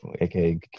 aka